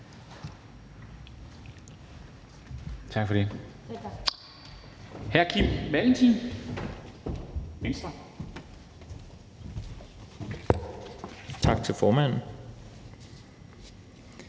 Tak for det.